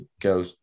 go